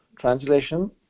Translation